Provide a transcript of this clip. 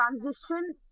transition